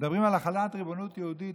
מדברים על החלת ריבונות יהודית,